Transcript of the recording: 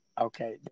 Okay